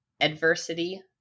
adversity